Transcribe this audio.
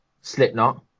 Slipknot